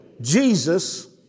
Jesus